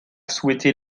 souhaité